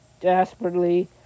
desperately